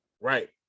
Right